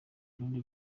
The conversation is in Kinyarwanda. rundi